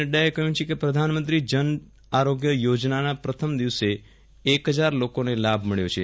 નઙાએ કહ્યું છે કે પ્રધાનમંત્રી જન આરોગ્ય યોજનાના પ્રથમ દિવસે એક હજાર લોકોને લાભ મળ્યો છે